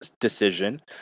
decision